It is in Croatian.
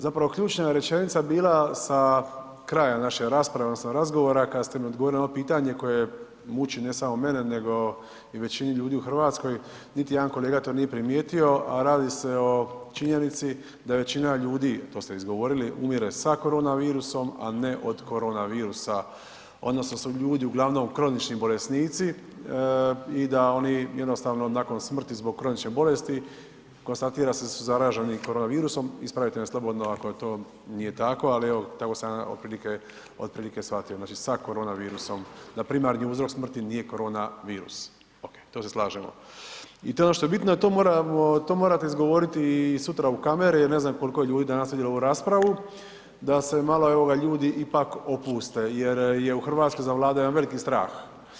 Zapravo ključna rečenica je bila sa kraja naše rasprave odnosno razgovora kad ste mi odgovorili na ono pitanje koje muči ne samo mene nego i većinu ljudi u RH, niti jedan kolega to nije primijetio, a radi se o činjenici da je većina ljudi, a to ste izgovorili, umire sa koronavirusom, a ne od koronavirusa odnosno da su ljudi uglavnom kronični bolesnici i da oni jednostavno nakon smrti zbog kronične bolesti konstatira se da su zaraženi koronavirusom, ispravite me slobodno ako to nije tako, ali evo tako sam ja otprilike, otprilike shvatio, znači sa koronavirusom, da primarni uzrok smrti nije koronavirus, okej, to se slažemo i to je ono što je bitno i to moramo, to morate izgovoriti i sutra u kamere i ne znam koliko je ljudi danas vidjelo ovu raspravu da se malo evo ga ljudi ipak opuste jer je u RH zavladao jedan veliki strah.